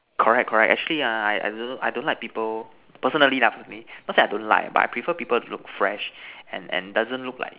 correct correct actually ah I I don't like people personally lah for me not say I don't like I prefer people to look fresh and and doesn't look like